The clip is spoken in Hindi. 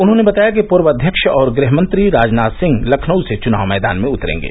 उन्होंने बताया कि पूर्व अध्यक्ष और गृहमंत्री राजनाथ सिंह लखनऊ से चुनाव मैदान में उतरेंगे